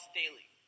daily